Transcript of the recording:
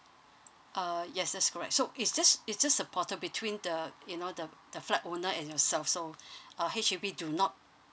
uh yes that's correct so it's just it's just a portal between the you know the the flat owner and yourself so uh H_D_B do not